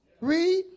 Read